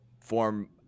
form